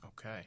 Okay